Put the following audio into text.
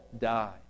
die